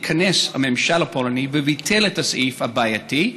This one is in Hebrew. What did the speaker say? התכנס הממשל הפולני וביטל את הסעיף הבעייתי,